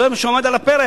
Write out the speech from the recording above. זה מה שעומד על הפרק,